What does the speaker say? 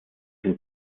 sind